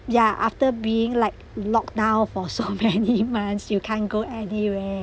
ya after being like lock down for so many months you can't go anywhere